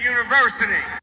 University